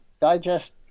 Digest